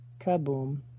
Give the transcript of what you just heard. Kaboom